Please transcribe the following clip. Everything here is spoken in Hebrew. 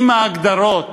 אם ההגדרות